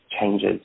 changes